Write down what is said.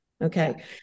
okay